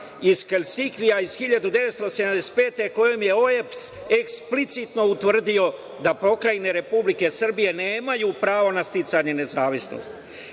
iz Helsinkija iz 1975. godine kojim je OEBS eksplicitno utvrdio da Pokrajine Republike Srbije nemaju pravo na sticanje nezavisnosti. Gospodin